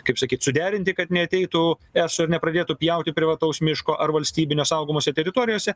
kaip sakyt suderinti kad neateitų eso ir nepradėtų pjauti privataus miško ar valstybinio saugomose teritorijose